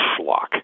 Schlock